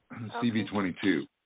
CV22